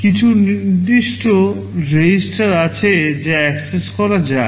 কিছু নির্দিষ্ট REGISTER আছে যা অ্যাক্সেস করা যায়